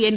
N